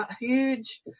huge